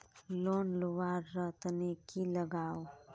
Loan लुवा र तने की लगाव?